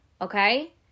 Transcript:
Okay